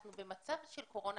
אנחנו במצב של קורונה,